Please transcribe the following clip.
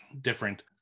Different